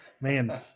man